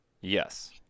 Yes